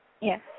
Yes